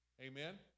Amen